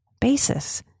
basis